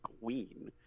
Queen